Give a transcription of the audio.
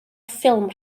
ffilm